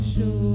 Show